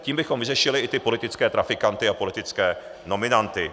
Tím bychom vyřešili i politické trafikanty a politické nominanty.